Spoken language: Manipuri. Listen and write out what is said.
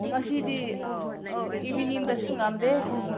ꯉꯁꯤꯗꯤ ꯏꯚꯤꯅꯤꯡꯗꯁꯨ ꯉꯝꯗꯦ